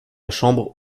chambre